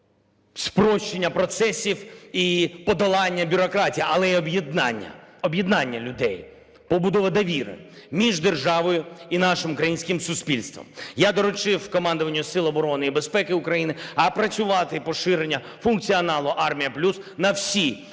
спрощення процесів і подолання бюрократії, але й об'єднання, об'єднання людей, побудова довіри між державою і нашим українським суспільством. Я доручив командуванню сил оборони і безпеки України опрацювати поширення функціоналу "Армія+" на всі